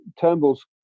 Turnbull's